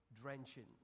drenching